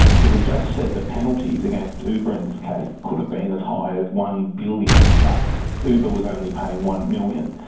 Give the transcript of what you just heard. because the judge said the penalties against uber in this case could have been as high as one billion dollars, but uber was only paying one million